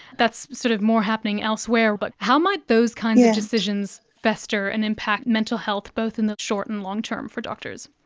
that's sort of more happening elsewhere, but how might those kinds of decisions fester and impact mental health both in the short and long-term for doctors?